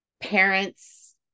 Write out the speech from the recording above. parents